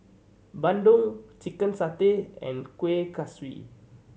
bandung chicken satay and Kuih Kaswi